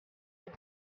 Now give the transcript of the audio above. vous